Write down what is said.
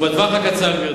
ובטווח הקצר,